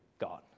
God